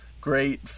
great